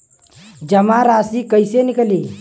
जमा राशि कइसे निकली?